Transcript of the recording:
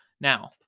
Now